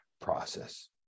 process